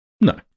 no